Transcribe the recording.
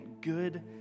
good